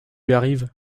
arrive